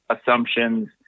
assumptions